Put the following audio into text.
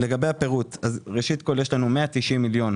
לגבי הפירוט: ראשית, יש לנו 190 מיליון,